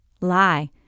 Lie